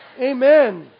Amen